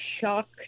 shocked